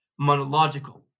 monological